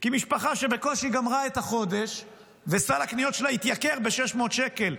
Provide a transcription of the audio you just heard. כי משפחה בקושי גמרה את החודש וסל הקניות שלה התייקר ב-600 שקל,